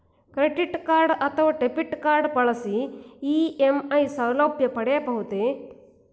Credit card ಅಥವಾ debit card ಬಳಸಿ EMI ಸೌಲಭ್ಯ ಪಡೆಯಬಹುದೇ?